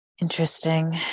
interesting